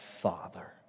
Father